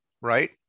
right